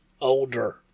older